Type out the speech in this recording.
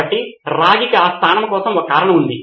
కాబట్టి రాగికి ఆ స్థానం కోసం ఒక కారణం ఉంది